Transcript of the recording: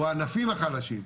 או הענפים החלשים.